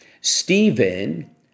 Stephen